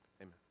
amen